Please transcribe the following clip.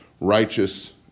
righteous